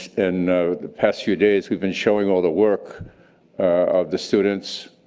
and you know the past few days we've been showing all the work of the students.